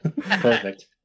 perfect